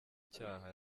icyaha